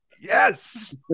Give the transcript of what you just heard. Yes